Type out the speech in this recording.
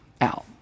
out